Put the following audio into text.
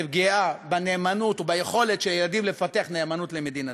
זו פגיעה בנאמנות וביכולת של ילדים לפתח נאמנות למדינתם.